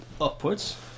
upwards